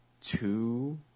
two